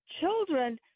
children